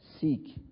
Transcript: Seek